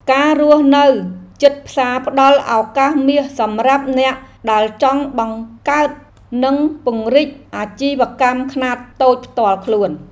ការរស់នៅជិតផ្សារផ្តល់ឱកាសមាសសម្រាប់អ្នកដែលចង់បង្កើតនិងពង្រីកអាជីវកម្មខ្នាតតូចផ្ទាល់ខ្លួន។